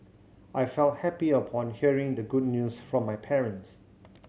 I felt happy upon hearing the good news from my parents